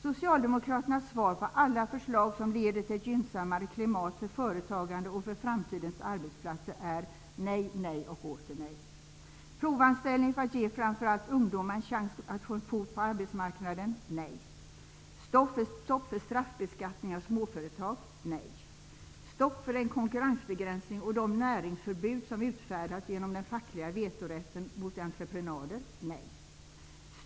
Socialdemokraternas svar på alla förslag som leder till ett gynnsammare klimat för företagande och för framtidens arbetsplatser är: nej, nej och åter nej! Provanställning för att ge framför allt ungdomar en chans att få in en fot på arbetsmarknaden -- nej! Stopp för den konkurrensbegränsning och de näringsförbud som utfärdas genom den fackliga vetorätten mot entreprenader -- nej!